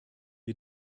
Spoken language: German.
wir